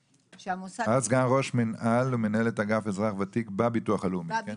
סגן ראש מנהל ומנהלת אגף אזרח ותיק בביטוח הלאומי.